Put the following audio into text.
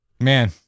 Man